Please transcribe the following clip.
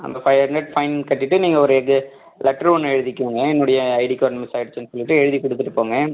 அந்த five hundred fine கட்டிவிட்டு நீங்கள் ஒரு இது லெட்ரு ஒன்று எழுதிக்கோங்க என்னுடைய ஐடி கார்ட் மிஸ் ஆகிட்டுச்சின்னு சொல்லிட்டு எழுதி கொடுத்துட்டு போங்க